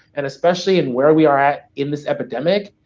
and especially in where we are at in this epidemic,